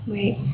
Wait